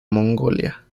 mongolia